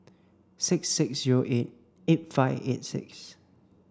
six six zero eight eight five eight six